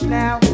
now